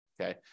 okay